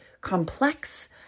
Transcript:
complex